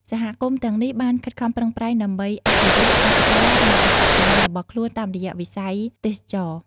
សហគមន៍ទាំងនេះបានខិតខំប្រឹងប្រែងដើម្បីអភិរក្ស វប្បធម៌ និងអត្តសញ្ញាណរបស់ខ្លួនតាមរយៈវិស័យទេសចរណ៍។